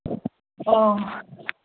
ꯑꯣ